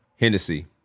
Hennessy